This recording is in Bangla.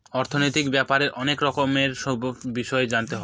অর্থনৈতিক ব্যাপারে অনেক রকমের সব বিষয় জানতে হয়